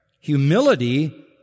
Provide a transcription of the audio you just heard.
humility